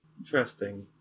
Interesting